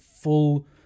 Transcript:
full